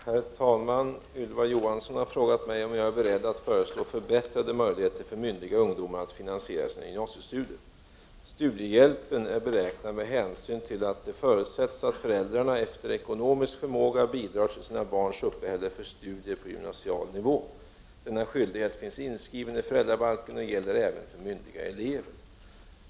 Herr talman! Ylva Johansson har frågat mig om jag är beredd att föreslå förbättrade möjligheter för myndiga ungdomar att finansiera sina gymnasiestudier. Studiehjälpen är beräknad med hänsyn till att det förutsätts att föräldrarna efter ekonomisk förmåga bidrar till sina barns uppehälle för studier på gymnasial nivå. Denna skyldighet finns inskriven i föräldrabalken och gäller även för myndiga elever.